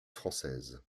française